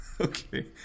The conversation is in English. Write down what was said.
Okay